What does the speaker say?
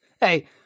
Hey